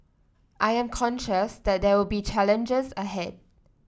I am conscious that there will be challenges ahead